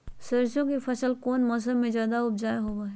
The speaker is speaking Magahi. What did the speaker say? सरसों के फसल कौन मौसम में ज्यादा उपजाऊ होबो हय?